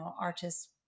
artists